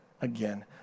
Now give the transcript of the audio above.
again